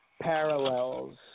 parallels